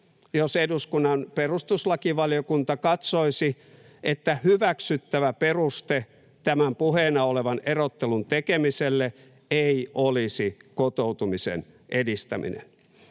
jos eduskunnan perustuslakivaliokunta katsoisi, että hyväksyttävä peruste tämän puheena olevan erottelun tekemiselle ei olisi kotoutumisen edistäminen.